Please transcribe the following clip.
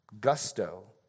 gusto